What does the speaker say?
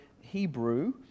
Hebrew